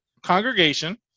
congregation